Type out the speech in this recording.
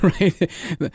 right